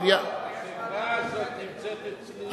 החקיקה הזאת נמצאת אצלי.